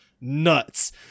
nuts